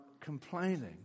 complaining